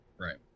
Right